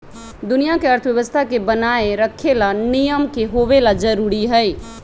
दुनिया के अर्थव्यवस्था के बनाये रखे ला नियम के होवे ला जरूरी हई